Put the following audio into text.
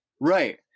Right